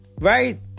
Right